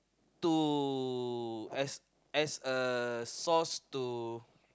to as as a source to